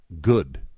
good